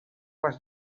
les